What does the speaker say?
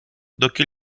доки